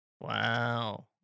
Wow